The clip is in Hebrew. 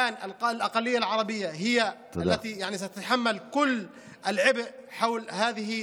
כרגע המיעוט הערבי הוא זה שיישא בכל הנטל סביב מערכת המשפט החדשה,